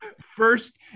First